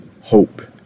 hope